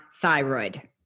thyroid